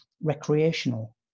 Recreational